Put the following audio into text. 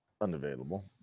unavailable